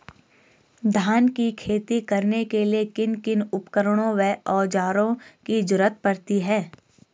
धान की खेती करने के लिए किन किन उपकरणों व औज़ारों की जरूरत पड़ती है?